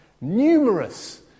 numerous